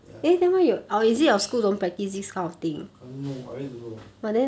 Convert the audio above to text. ya I don't know you need to know